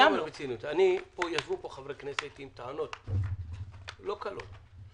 ישבו פה חברי כנסת עם טענות לא קלות.